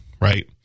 right